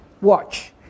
Watch